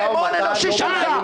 שהם הון אנושי שלך,